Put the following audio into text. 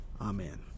Amen